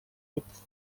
its